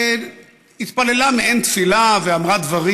התפללה מעין תפילה ואמרה דברים.